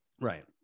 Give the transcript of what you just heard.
right